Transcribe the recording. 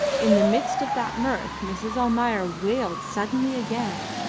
in the midst of that mirth mrs. almayer wailed suddenly again.